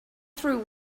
through